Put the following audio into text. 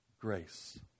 grace